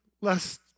less